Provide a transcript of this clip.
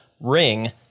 ring